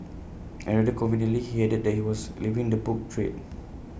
and rather conveniently he added that he was leaving the book trade